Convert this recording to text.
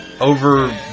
over